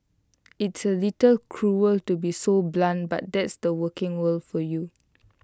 it's A little cruel to be so blunt but that's the working world for you